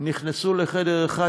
נכנסו לחדר אחד,